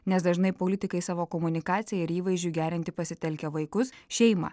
nes dažnai politikai savo komunikacijai ir įvaizdžiui gerinti pasitelkia vaikus šeimą